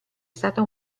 stata